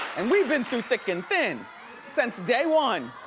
and we've been through thick and thin since day one.